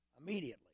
immediately